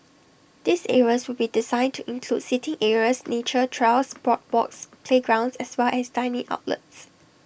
these areas will be designed to include seating areas nature trails boardwalks playgrounds as well as dining outlets